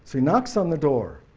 he knocks on the door,